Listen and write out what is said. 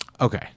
Okay